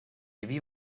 havia